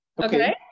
Okay